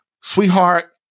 sweetheart